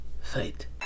fight